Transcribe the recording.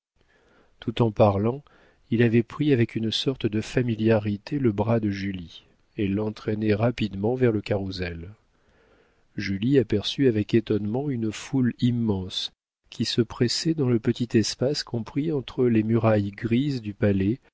tout en parlant il avait pris avec une sorte de familiarité le bras de julie et l'entraînait rapidement vers le carrousel julie aperçut avec étonnement une foule immense qui se pressait dans le petit espace compris entre les murailles grises du palais